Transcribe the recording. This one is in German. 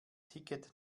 ticket